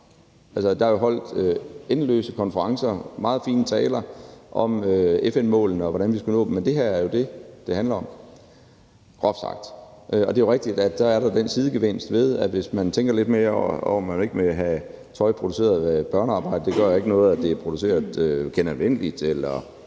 der er jo afholdt endeløse konferencer og holdt meget fine taler om FN-måleneog om, hvordan vi skulle nå dem. Men det her er jo det, det handler om – groft sagt. Det er rigtigt, at så er der den sidegevinst ved det, at hvis man tænker lidt mere over det og ikke vil have tøj produceret af børnearbejdere og tænker, at det ikke gør noget, at det er produceret, så det kan